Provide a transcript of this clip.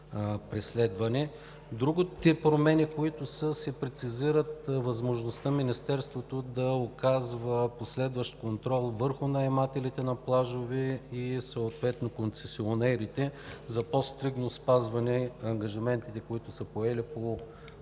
преследване. С другите промени, които са, се прецизира възможността Министерството да оказва последващ контрол върху наемателите на плажове и съответно концесионерите за по-стриктно спазване на ангажиментите, които са поели по